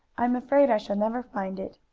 i'm afraid i shall never find it,